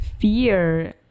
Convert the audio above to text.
fear